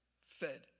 fed